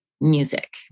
music